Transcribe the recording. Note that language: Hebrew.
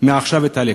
מעכשיו את הלקח.